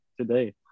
today